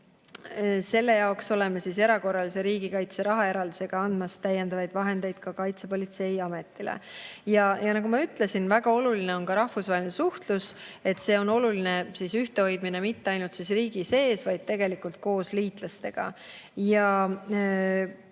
Selle jaoks oleme erakorralise riigikaitse rahaeraldisega andmas täiendavaid vahendeid ka Kaitsepolitseiametile. Nagu ma ütlesin, väga oluline on ka rahvusvaheline suhtlus, ühtehoidmine mitte ainult riigi sees, vaid tegelikult ka liitlastega. Praegu